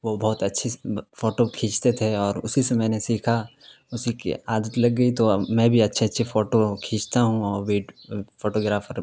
وہ بہت اچھی فوٹو کھینچتے تھے اور اسی سے میں نے سیکھا اسی کی عادت لگ گئی تو میں بھی اچھے اچھے فوٹو کھینچتا ہوں اور ویڈ فوٹوگرافر